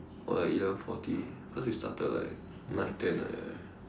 what eleven forty cause we started like nine ten like that eh